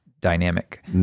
dynamic